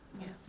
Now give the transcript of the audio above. Yes